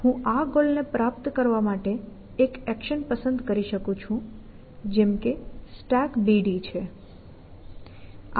હું આ ગોલ ને પ્રાપ્ત કરવા માટે એક એક્શન પસંદ કરી શકું છું જેમ કે StackBD છે